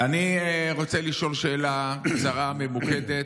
אני רוצה לשאול שאלה קצרה, ממוקדת.